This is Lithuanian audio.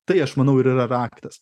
tai aš manau ir yra raktas